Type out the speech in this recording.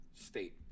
state